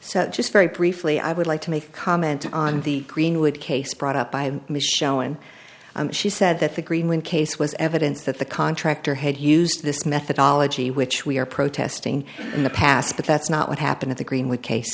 so just very briefly i would like to make a comment on the greenwood case brought up by michelle and she said that the greenland case was evidence that the contractor had used this methodology which we are protesting in the past but that's not what happened in the greenwood case